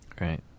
Right